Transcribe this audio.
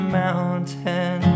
mountain